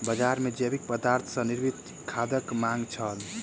बजार मे जैविक पदार्थ सॅ निर्मित खादक मांग छल